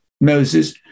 Moses